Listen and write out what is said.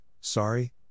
sorry